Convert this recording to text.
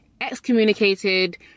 excommunicated